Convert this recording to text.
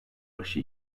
başı